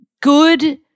good